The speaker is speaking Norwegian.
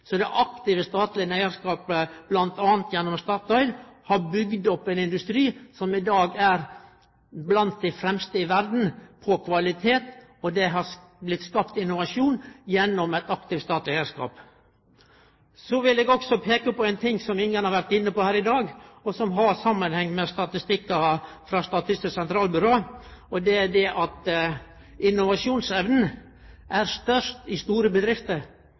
aktive statlege eigarskapen har, bl.a. gjennom Statoil, bygt opp ein industri som i dag er blant dei fremste i verda når det gjeld kvalitet. Og ein har fått innovasjon gjennom ein aktiv statleg eigarskap. Så vil eg også peike på ein ting som ingen har vore inne på her i dag, og som har samanheng med statistikkar frå Statistisk sentralbyrå. Det er dette at innovasjonsevna er størst i store bedrifter.